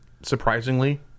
Surprisingly